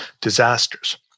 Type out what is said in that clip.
disasters